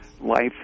life